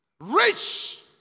Rich